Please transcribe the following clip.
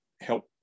help